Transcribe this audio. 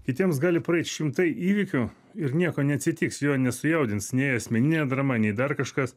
kitiems gali praeit šimtai įvykių ir nieko neatsitiks jo nesujaudins nei asmeninė drama nei dar kažkas